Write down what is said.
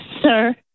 sir